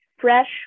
fresh